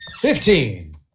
Fifteen